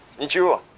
did you